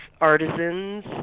artisans